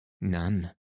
None